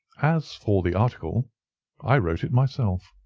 as for the article i wrote it myself.